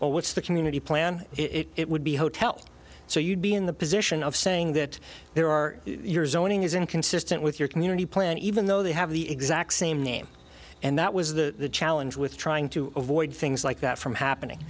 or what's the community plan it would be hotel so you'd be in the position of saying that there are your zoning is inconsistent with your community plan even though they have the exact same name and that was the challenge with trying to avoid things like that from happening